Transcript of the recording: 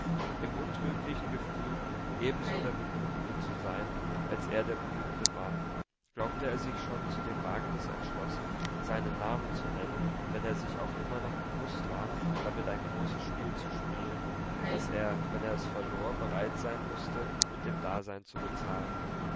im untrüglichen gefühl ebenso der beglückende zu sein als er der beglückte war glaubte er sich schon zu dem wagnis entschlossen seinen namen zu nennen wenn er sich auch immer noch bewußt war damit ein großes spiel zu spielen das er wenn er es verlor bereit sein mußte mit dem dasein zu bezahlen